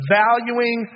valuing